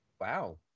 Wow